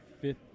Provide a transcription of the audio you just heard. fifth